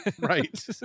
right